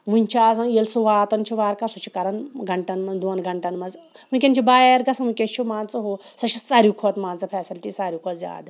وٕنہِ چھِ آسان ییٚلہِ سُہ واتان چھُ وارٕ کارٕ سُہ چھِ کَران گَںٹَن منٛز دۄن گَںٹَن منٛز وٕنۍکٮ۪ن چھِ بَے اَیَر گژھان وٕنۍکٮ۪س چھُ مان ژٕ ہُہ سۄ چھِ ساروے کھۄتہٕ مان ژٕ فیسلٹی ساروے کھۄتہٕ زیادٕ